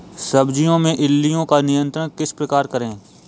सब्जियों में इल्लियो का नियंत्रण किस प्रकार करें?